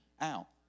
out